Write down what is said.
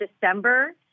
December